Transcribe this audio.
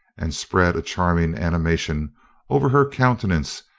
and spread a charming animation over her countenance,